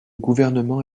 gouvernement